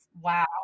Wow